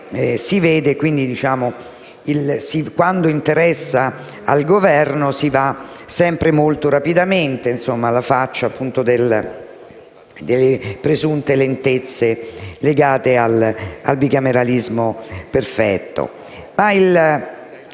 si vede, quando interessa al Governo si procede sempre molto rapidamente alla faccia delle presunte lentezze legate al bicameralismo perfetto.